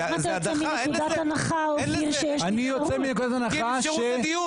למה אתה יוצא מנקודת הנחה שיש נבצרות?